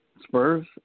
Spurs